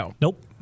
Nope